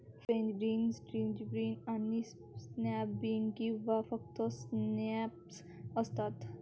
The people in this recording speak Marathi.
फ्रेंच बीन्स, स्ट्रिंग बीन्स आणि स्नॅप बीन्स किंवा फक्त स्नॅप्स असतात